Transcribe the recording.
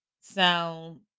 sound